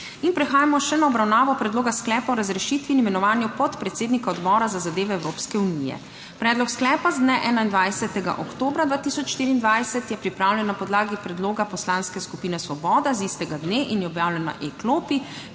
Prehajamo še na obravnavo Predloga sklepa o razrešitvi in imenovanju podpredsednika Odbora za zadeve Evropske unije. Predlog sklepa z dne 21. oktobra 2024 je pripravljen na podlagi predloga Poslanske skupine Svoboda z istega dne in je objavljen na e-klopi.